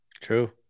True